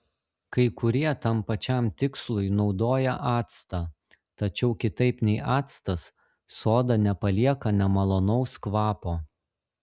kai kurie tam pačiam tikslui naudoja actą tačiau kitaip nei actas soda nepalieka nemalonaus kvapo